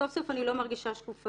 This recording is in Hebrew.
סוף סוף אני לא מרגישה שקופה.